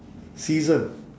season